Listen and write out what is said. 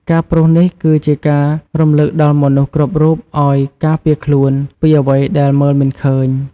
ការព្រុសនេះគឺជាការរំឭកដល់មនុស្សគ្រប់រូបឱ្យការពារខ្លួនពីអ្វីដែលមើលមិនឃើញ។